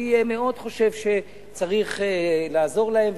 אני חושב שצריך לעזור להם.